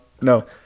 No